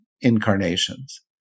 incarnations